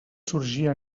sorgia